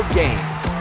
games